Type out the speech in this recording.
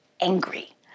angry